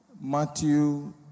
Matthew